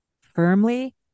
firmly